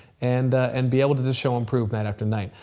and and be able to just show and prove night after night.